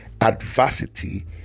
adversity